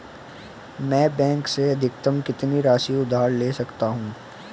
मैं बैंक से अधिकतम कितनी राशि उधार ले सकता हूँ?